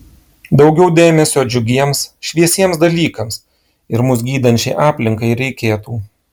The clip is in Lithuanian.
daugiau dėmesio džiugiems šviesiems dalykams ir mus gydančiai aplinkai reikėtų